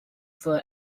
for